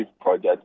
project